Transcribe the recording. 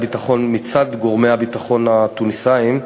הביטחון מצד גורמי הביטחון התוניסאיים.